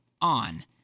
on